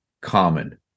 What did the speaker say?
common